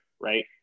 right